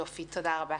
יופי, תודה רבה.